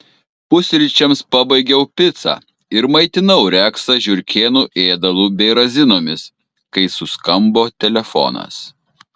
pusryčiams pabaigiau picą ir maitinau reksą žiurkėnų ėdalu bei razinomis kai suskambo telefonas